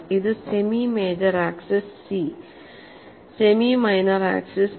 ഇത് semi major axis C semi minor axis A